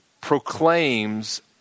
proclaims